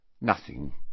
nothing